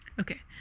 okay